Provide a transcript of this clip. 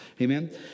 Amen